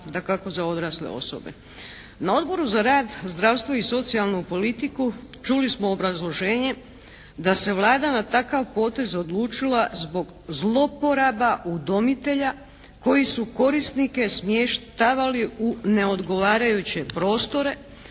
Na Odboru za rad, zdravstvo i socijalnu politiku čuli smo obrazloženje da se Vlada na takav potez odlučila zbog zlouporaba udomitelja koji su korisnike smještavali u neodgovarajuće prostore,